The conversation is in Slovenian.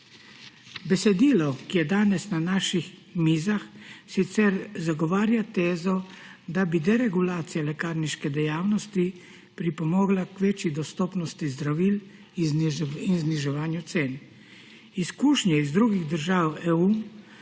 Besedilo, ki je danes na naših mizah sicer zagovarja tezo, da bi deregulacija lekarniške dejavnosti pripomogla k večji dostopnosti zdravil in zniževanju cen. Izkušnje iz drugih držav EU,